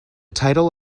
title